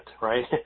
right